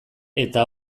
eta